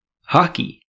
hockey